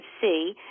see